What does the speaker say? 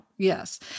Yes